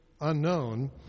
unknown